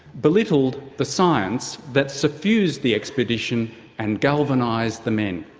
belittled the science that suffused the expedition and galvanised the men.